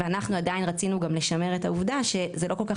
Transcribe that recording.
ואנחנו עדיין רצינו גם לשמר את העובדה שזה לא כל כך